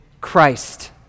Christ